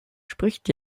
spricht